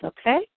Okay